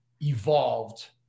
evolved